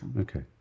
Okay